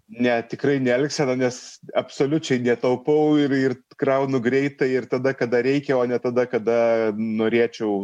ne tikrai ne elgsena nes absoliučiai netaupau ir ir kraunu greitai ir tada kada reikia o ne tada kada norėčiau